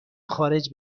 خارج